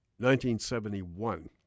1971